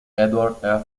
edward